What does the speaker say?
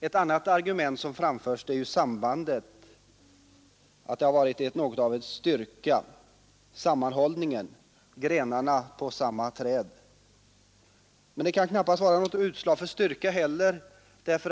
Ett annat argument för sambandet har varit att det skulle innebära styrka och sammanhållning — det gäller grenar på samma träd. Men det kan knappast vara utslag för styrka heller.